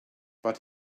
but